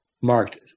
marked